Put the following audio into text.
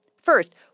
First